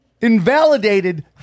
invalidated